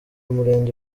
murenge